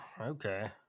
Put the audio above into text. okay